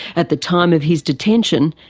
at the time of his detention,